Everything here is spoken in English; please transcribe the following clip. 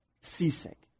seasick